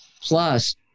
Plus